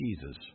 Jesus